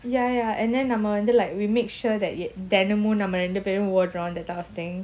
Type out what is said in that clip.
ya ya and then எனநம்மவந்து:yena nama vandhu like we make sure that தெனமும்நாமரெண்டுபேரும்ஓடறோம்:thenamum nama renduperum odrom that type of thing